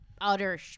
utter